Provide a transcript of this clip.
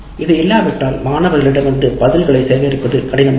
அது இல்லாவிட்டால் மாணவர்களிடமிருந்து பதில்களை சேகரிப்பது கடினமாகும்